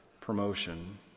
promotion